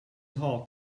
heart